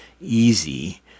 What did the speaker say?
easy